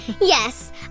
Yes